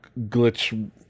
glitch